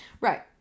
Right